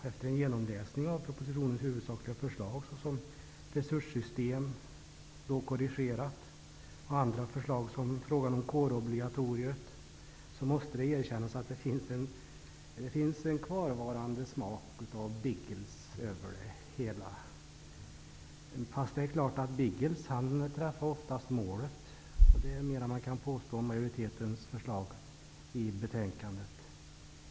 Efter en genomläsning av propositionens huvudsakliga förslag om resurssystem -- visserligen korrigerat av utskottet -- och andra förslag -- t.ex. frågan om kårobligatoriet -- måste det erkännas att det finns en kvarvarande smak av Biggles över det hela. Fast det är klart att Biggles oftast träffade målet. Det är mer än vad man kan påstå om majoritetens förslag i betänkandet.